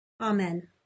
Amen